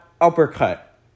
uppercut